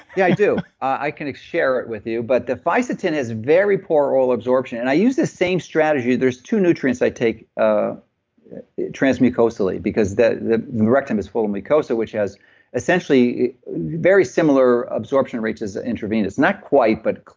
yeah, i do. i can share it with you, but the fisetin has very poor oral absorption and i use this same strategy. there's two nutrients i take ah transmucosally because the the rectum is full and mucosa, which has essentially very similar absorption rates as ah intravenous. it's not quite, but